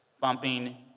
bumping